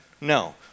No